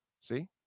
See